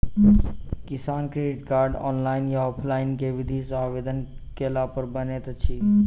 किसान credit card, online या offline केँ विधि सँ आवेदन कैला पर बनैत अछि?